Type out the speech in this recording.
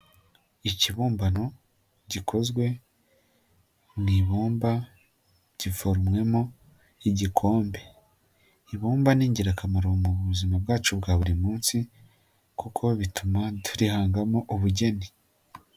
Ikibumbano gikozwe mu ibumba giforomwemo igikombe, ibumba ni ingirakamaro mu buzima bwacu bwa buri munsi kuko bituma turihangamo ubugeni.